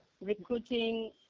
recruiting